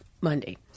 Monday